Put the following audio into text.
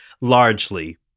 largely